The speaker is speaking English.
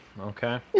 Okay